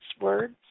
words